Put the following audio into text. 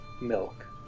milk